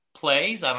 plays